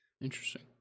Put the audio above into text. Interesting